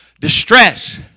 Distress